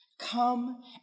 come